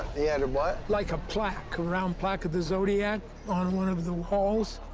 he had a what? like, a plaque, a round plaque of the zodiac on one of the walls.